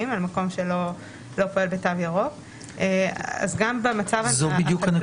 על מקום שלא פועל בתו ירוק --- זו בדיוק הנקודה.